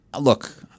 look